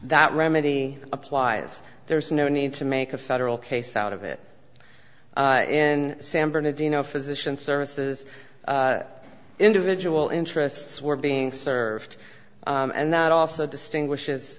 that remedy applies there's no need to make a federal case out of it in san bernardino physician services individual interests were being served and that also distinguishes